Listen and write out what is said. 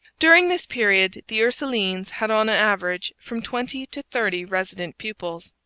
during this period the ursulines had on an average from twenty to thirty resident pupils.